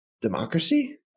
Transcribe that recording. democracy